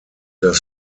das